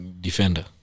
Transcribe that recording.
defender